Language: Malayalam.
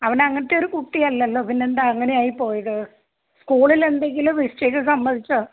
അവൻ അങ്ങനത്തെ ഒരു കുട്ടിയല്ലല്ലോ പിന്നെ എന്താണ് അങ്ങനെ ആയിപ്പോയത് സ്കൂളിൽ എന്തെങ്കിലും മിസ്റ്റേക്ക് സംഭവിച്ചോ